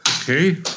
Okay